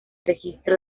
registro